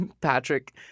Patrick